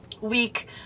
week